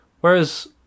Whereas